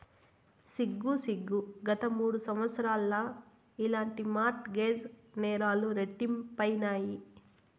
సిగ్గు సిగ్గు, గత మూడు సంవత్సరాల్ల ఇలాంటి మార్ట్ గేజ్ నేరాలు రెట్టింపైనాయి